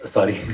Sorry